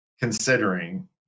considering